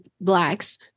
blacks